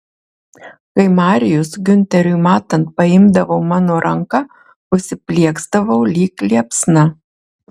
kai marijus giunteriui matant paimdavo mano ranką užsiplieksdavau lyg liepsna